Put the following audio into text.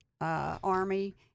Army